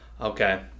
okay